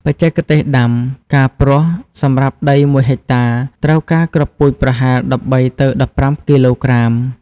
បច្ចេកទេសដាំ ការព្រោះ សម្រាប់ដី ១ ហិកតា ត្រូវការគ្រាប់ពូជប្រហែល ១៣ ទៅ ១៥ គីឡូក្រាម។